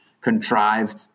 Contrived